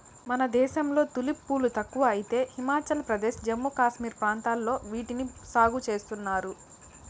మన దేశంలో తులిప్ పూలు తక్కువ అయితే హిమాచల్ ప్రదేశ్, జమ్మూ కాశ్మీర్ ప్రాంతాలలో వీటిని సాగు చేస్తున్నారు